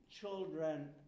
children